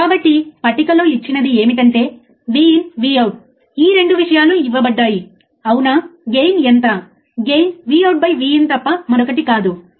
ఆపై ఈ output voltage ఎరుపు రంగులో చూపబడుతుంది సరియైనదా